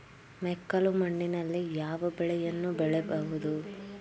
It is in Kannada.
ಮೆಕ್ಕಲು ಮಣ್ಣಿನಲ್ಲಿ ಯಾವ ಬೆಳೆಯನ್ನು ಬೆಳೆಯಬಹುದು?